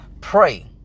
Pray